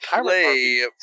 play